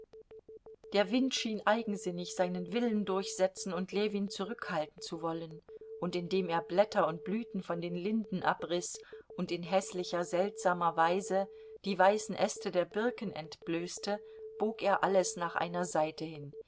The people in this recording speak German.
der wind schien eigensinnig seinen willen durchsetzen und ljewin zurückhalten zu wollen und indem er blätter und blüten von den linden abriß und in häßlicher seltsamer weise die weißen äste der birken entblößte bog er alles nach einer seite hin